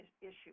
issue